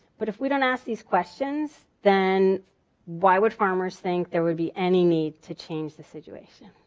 but if we don't ask these questions, then why would farmers think there would be any need to change the situation?